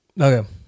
Okay